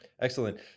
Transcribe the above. Excellent